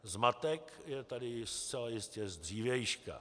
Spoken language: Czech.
Zmatek je tady zcela jistě z dřívějška.